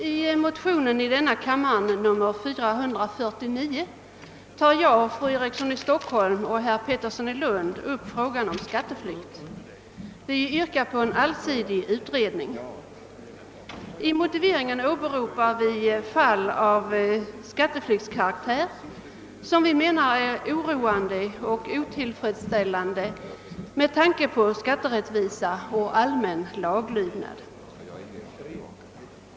Herr talman! I motionen II: 449 tar fru Eriksson i Stockholm, herr Pettersson i Lund och jag upp frågan om skatteflykt. Vi yrkar på en allsidig utredning. I motiveringen åberopar vi fall av skatteflyktskaraktär som vi menar är oroande och otillfredsställande med tanke på skatterättvisa och allmän laglydnad.